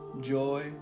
joy